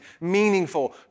meaningful